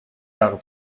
jahre